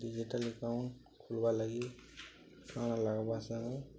digital account ଖୋଲବା ଲାଗି କଣା ଲାଗବା ସାଙ୍ଗ